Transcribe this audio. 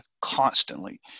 constantly